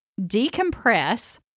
decompress